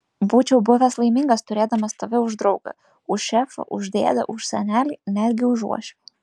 būčiau buvęs laimingas turėdamas tave už draugą už šefą už dėdę už senelį netgi už uošvį